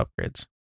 upgrades